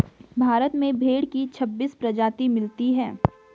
भारत में भेड़ की छब्बीस प्रजाति मिलती है